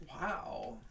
Wow